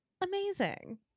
Amazing